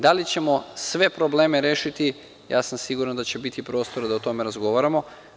Da li ćemo sve probleme rešiti, siguran sam da će biti prostora da o tome razgovaramo.